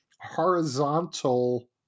horizontal